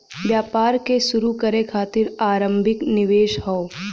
व्यापार क शुरू करे खातिर आरम्भिक निवेश हौ